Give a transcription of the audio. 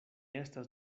estas